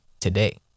today